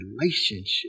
relationship